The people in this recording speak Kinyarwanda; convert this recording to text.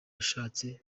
yashatse